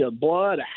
blood